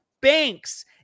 banks